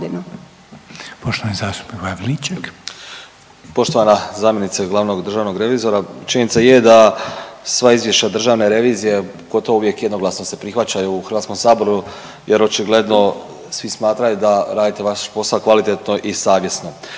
(Hrvatski suverenisti)** Poštovana zamjenice glavnog državnog revizora. Činjenica je da sva izvješća Državne revizije gotovo uvijek jednoglasno se prihvaćaju u HS-u jer očigledno svi smatraju da radite vaš posao kvalitetno i savjesno.